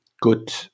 good